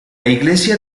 iglesia